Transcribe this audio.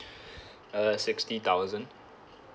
uh sixty thousand